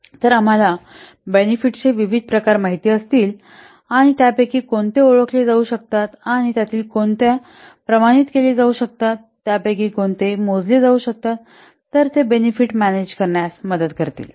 तर आम्हाला बेनिफिटचे विविध प्रकार माहित असतील आणि त्यापैकी कोणते ओळखले जाऊ शकतात त्यातील कोणत्या प्रमाणित केले जाऊ शकतात त्यापैकी कोणते मोजले जाऊ शकतात तर ते बेनिफिट मॅनेज करण्यास मदत करतील